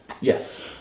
Yes